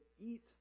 eat